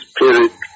Spirit